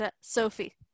Sophie